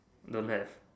don't have